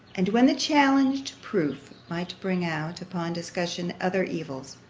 and when the challenged proof might bring out, upon discussion, other evils.